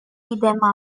edema